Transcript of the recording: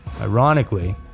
Ironically